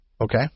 Okay